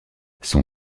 son